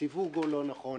הסיווג הוא לא נכון.